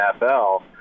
NFL